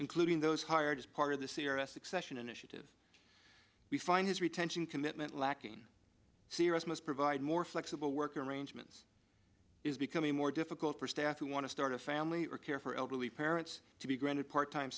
including those hired as part of the c r s succession initiatives we find his retention commitment lacking seriousness provide more flexible work arrangements is becoming more difficult for staff who want to start a family or care for elderly parents to be granted part time